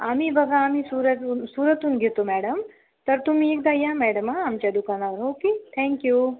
आम्ही बघा आम्ही सुरत सुरतहून घेतो मॅडम तर तुम्ही एकदा या मॅडम आ आमच्या दुकानावर ओके थँक्यू